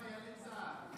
מה עם חיילי צה"ל?